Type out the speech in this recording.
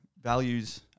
values